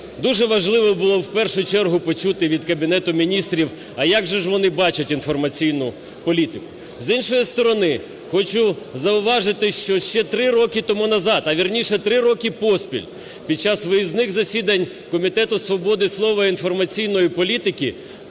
дуже важливо в першу чергу почути від Кабінету Міністрів, а як же ж вони бачать інформаційну політику. З іншої сторони, хочу зауважити, що ще три роки тому назад, а вірніше три роки поспіль, під час виїзних засідань Комітету свободи слова інформаційної політики